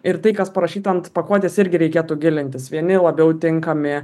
ir tai kas parašyta ant pakuotės irgi reikėtų gilintis vieni labiau tinkami